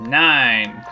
nine